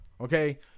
Okay